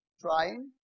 trying